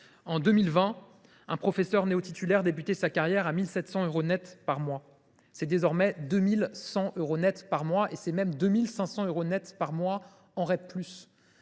En 2020, un professeur néotitulaire commençait sa carrière à 1 700 euros net par mois. Il gagne désormais 2 100 euros net par mois, et jusqu’à 2 500 euros net par mois en dans